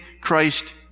Christ